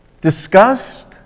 disgust